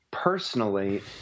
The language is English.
Personally